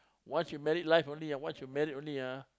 once you marry life already ah once you marry already ah